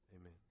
amen